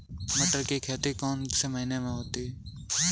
मटर की खेती कौन से महीने में होती है?